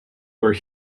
where